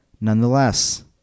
nonetheless